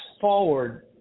forward